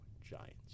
Giants